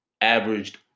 averaged